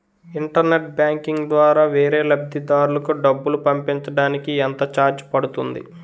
Internet banking ద్వారా వేరే లబ్ధిదారులకు డబ్బులు పంపించటానికి ఎంత ఛార్జ్ పడుతుంది?